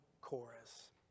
Chorus